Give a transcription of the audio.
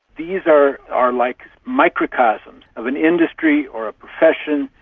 these are are like microcosms of an industry or a profession,